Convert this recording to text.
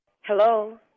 Hello